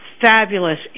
fabulous